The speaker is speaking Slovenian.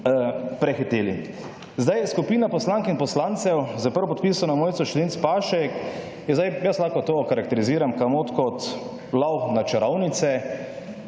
prehiteli. Zdaj, skupina poslank in poslancev, z prvopodpisano Mojco Šetinc Pašek in zdaj, jaz lahko to okarakteriziram »kamot« kot lov na čarovnice.